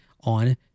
on